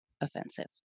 offensive